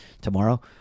tomorrow